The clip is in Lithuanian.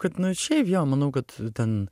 kad nu šiaip jo manau kad ten